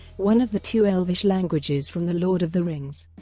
one of the two elvish languages from the lord of the rings.